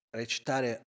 recitare